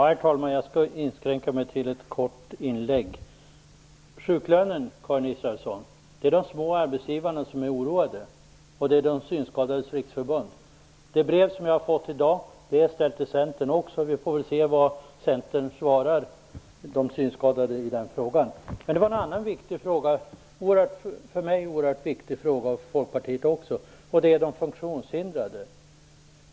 Herr talman! Jag skall inskränka mig till ett kort inlägg. Det är arbetsgivarna i de små företagen, Karin Israelsson, som är oroade när det gäller sjuklönen. I Synskadades riksförbund är man också oroad. Det brev som jag har fått i dag är ställt även till Centern. Vi får väl se vad Centern svarar de synskadade i den frågan. Men jag tänkte på en annan fråga som är oerhört viktig för mig och för Folkpartiet. Det gäller de funktionshindrade.